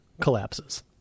collapses